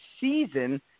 season